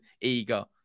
eager